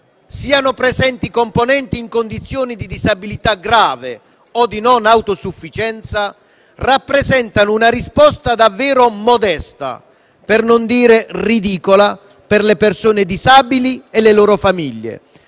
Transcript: siano presenti componenti in condizioni di disabilità grave o di non autosufficienza, rappresentano una risposta davvero modesta - per non dire ridicola - per le persone disabili e le loro famiglie,